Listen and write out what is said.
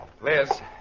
Liz